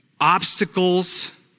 Obstacles